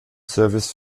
service